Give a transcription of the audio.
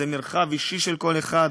זה מרחב אישי של כל אחד,